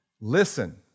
Listen